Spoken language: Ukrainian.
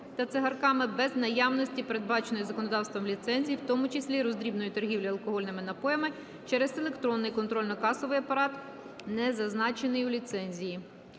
та цигарками без наявності передбаченої законодавством ліцензії у тому числі роздрібної торгівлі алкогольними напоями через електронний контрольно-касовий апарат не зазначений у ліцензії.